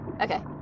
Okay